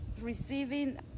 receiving